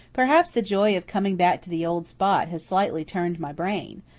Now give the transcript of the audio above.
perhaps the joy of coming back to the old spot has slightly turned my brain,